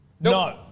No